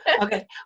Okay